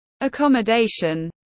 accommodation